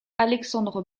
aleksandr